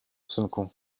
synku